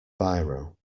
biro